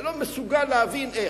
אני לא מסוגל להבין איך.